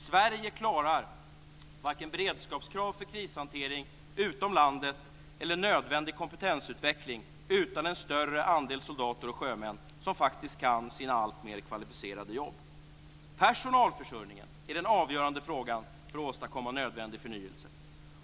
Sverige klarar varken beredskapskrav för krishantering utom landet eller nödvändig kompetensutveckling utan en större andel soldater och sjömän som faktiskt kan sina alltmer kvalificerade jobb. Personalförsörjningen är den avgörande frågan för att åstadkomma nödvändig förnyelse.